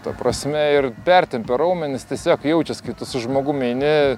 ta prasme ir pertempia raumenis tiesiog jaučias kai tu su žmogum eini